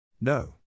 No